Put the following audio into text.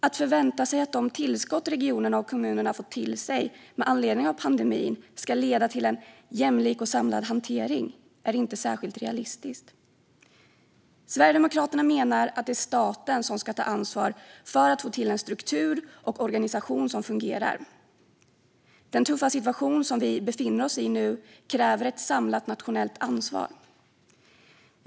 Att förvänta sig att de tillskott som regionerna och kommunerna fått till sig med anledning av pandemin ska leda till en jämlik och samlad hantering är inte särskilt realistiskt. Sverigedemokraterna menar att det är staten som ska ta ansvar för att få till en struktur och organisation som fungerar. Den tuffa situation som vi befinner oss i nu kräver ett samlat nationellt ansvar.